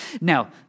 Now